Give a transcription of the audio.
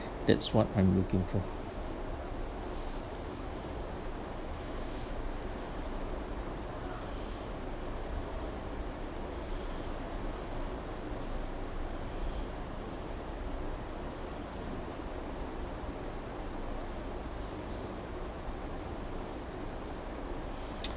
that's what I'm looking for